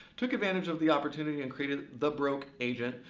took advantage of the opportunity and created the broke agent,